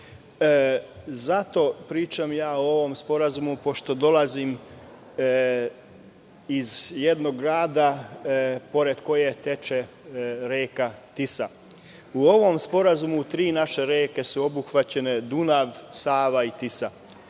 Zato pričam o ovom sporazumu pošto dolazim iz jednog grada pored kog teče reka Tisa.U ovom sporazumu tri naše reke su obuhvaćene, Dunav, Sava i Tisa.